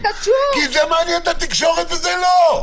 כי זה מעניין את התקשורת, וזה לא.